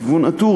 לכיוון א-טור,